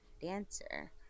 dancer